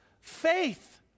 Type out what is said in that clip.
faith